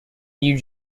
new